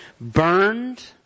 burned